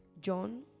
John